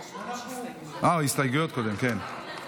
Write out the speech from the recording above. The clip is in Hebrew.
אה, הסתייגויות קודם, כן.